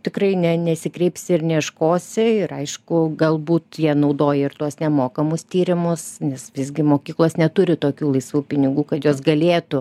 tikrai ne nesikreipsi ir neieškosi ir aišku galbūt jie naudoja ir tuos nemokamus tyrimus nes visgi mokyklos neturi tokių laisvų pinigų kad jos galėtų